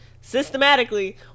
systematically